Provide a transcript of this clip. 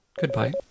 Goodbye